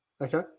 Okay